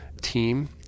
team